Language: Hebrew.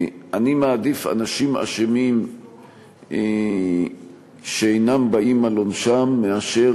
אני מעדיף אנשים אשמים שאינם באים על עונשם מאשר